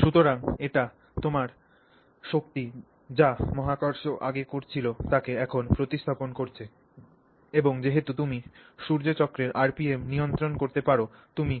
সুতরাং এটি তোমার শক্তি যা মহাকর্ষ আগে করছিল তাকে এখন প্রতিস্থাপন করছে এবং যেহেতু তুমি সূর্য চক্রের আরপিএম নিয়ন্ত্রণ করতে পার তুমি